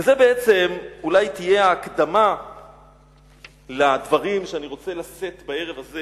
וזו בעצם תהיה אולי ההקדמה לדברים שאני רוצה לשאת בערב הזה